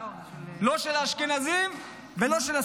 לא של האשכנזים ולא של הספרדים.